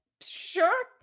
Sure